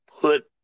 put